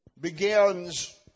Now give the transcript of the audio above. begins